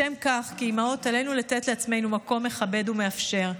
לשם כך כאימהות עלינו לתת לעצמנו מקום מכבד ומאפשר,